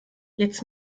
jetzt